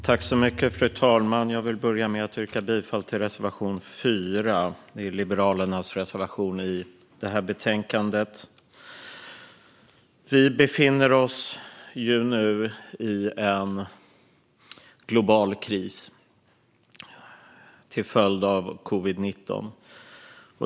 Fru talman! Jag vill börja med att yrka bifall till Liberalernas reservation 4. Vi befinner oss nu i en global kris till följd av covid-19.